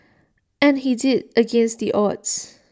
and he did against the odds